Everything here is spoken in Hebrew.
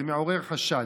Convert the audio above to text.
זה מעורר חשד.